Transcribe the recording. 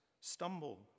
stumble